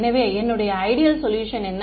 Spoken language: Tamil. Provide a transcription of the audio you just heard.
எனவே என்னுடைய ஐடியல் சொல்யூஷன் என்ன